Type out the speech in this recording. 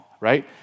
right